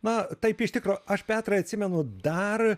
na taip iš tikro aš petrai atsimenu dar